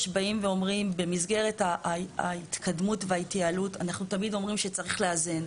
במסגרת ההתקדמות וההתייעלות תמיד אומרים שצריך לאזן.